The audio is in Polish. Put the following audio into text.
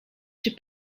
czy